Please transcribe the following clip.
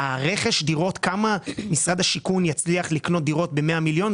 רכש הדירות וכמה דירות יצליח לקנות משרד השיכון ב-100 מיליון,